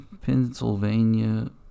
Pennsylvania